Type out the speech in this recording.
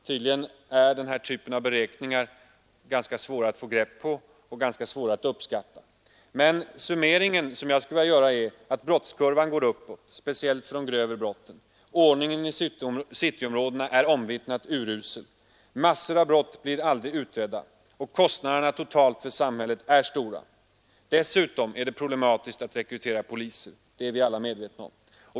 Tydligen är den här typen av beräkningar ganska svåra att få ett grepp på och ganska svåra att uppskatta. Den summering som jag skulle vilja göra är att brottskurvan går uppåt, speciellt för de grövre brotten, ordningen i cityområdena är omvittnat urusel, massor av brott blir aldrig utredda och kostnaderna totalt för samhället är stora. Dessutom är det problematiskt att rekrytera poliser det är vi alla medvetna om.